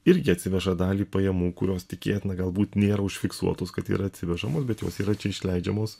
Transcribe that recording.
irgi atsiveža dalį pajamų kurios tikėtina galbūt nėra užfiksuotos kad yra atsivežamos bet jos yra čia išleidžiamos